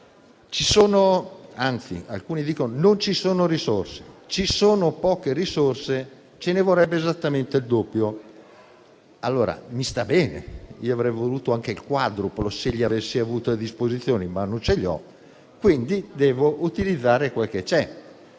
non funziona. Alcuni dicono che non ci sono risorse o che ci sono poche risorse e che ce ne vorrebbero esattamente il doppio. Mi sta bene, io avrei voluto anche il quadruplo, se le avessi avute a disposizione; ma non le ho, quindi devo utilizzare quel che c'è.